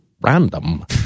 random